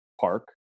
park